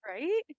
right